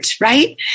Right